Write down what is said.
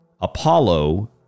Apollo